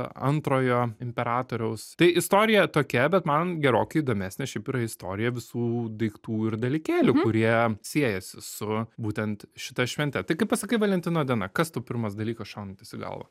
antrojo imperatoriaus tai istorija tokia bet man gerokai įdomesnė šiaip yra istorija visų daiktų ir dalykėlių kurie siejasi su būtent šita švente tai kai pasakai valentino diena kas tu pirmas dalykas šaunantis į galvą